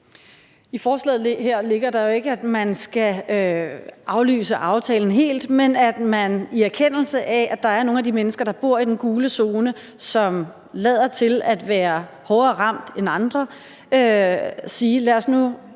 I forslaget her ligger der jo ikke, at man skal aflyse aftalen helt, men at man i en erkendelse af, at der er nogle af de mennesker, der bor i den gule zone, som lader til at være hårdere ramt end andre, kan sige: Lad os nu